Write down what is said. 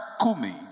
Kumi